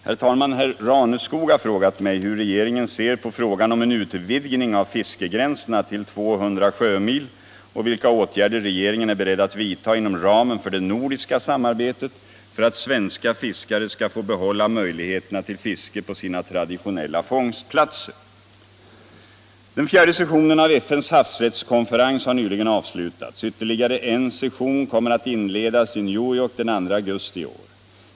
Herr talman! Herr Raneskog har frågat mig hur regeringen ser på frågan om en utvidgning av fiskegränserna till 200 sjömil och vilka åtgärder regeringen är beredd att vidta inom ramen för det nordiska samarbetet för att svenska fiskare skall få behålla möjligheterna till fiske på sina traditionella fångstplatser. Den fjärde sessionen av FN:s havsrättskonferens har nyligen avslutats. Ytterligare en session kommer att inledas i New York den 2 augusti i år.